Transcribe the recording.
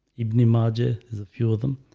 evening magic is a few of them.